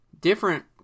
different